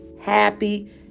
happy